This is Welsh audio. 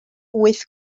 wyth